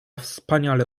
wspaniale